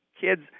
kids